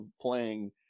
playing